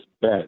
bet